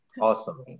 Awesome